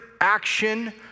action